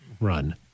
run